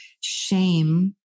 shame